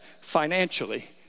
financially